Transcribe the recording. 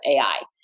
AI